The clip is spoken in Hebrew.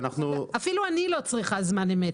אפילו אני לא צריכה בזמן אמת.